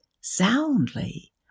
soundly